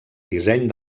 disseny